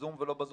בזום ולא בזום,